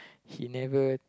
he never